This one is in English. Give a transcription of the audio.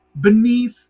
beneath